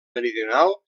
meridional